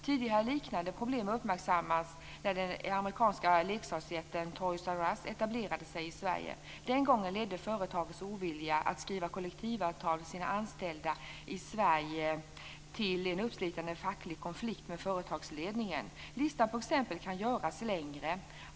Tidigare har liknande problem uppmärksammats när den amerikanska leksaksjätten Toys 'r' Us etablerade sig i Sverige. Den gången ledde företagets ovilja att skriva kollektivavtal för sina anställda i Sverige till en uppslitande facklig konflikt med företagsledningen. Listan på exempel kan göras längre.